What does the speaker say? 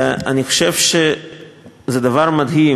אני חושב שזה דבר מדהים,